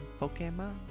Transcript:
Pokemon